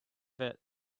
fit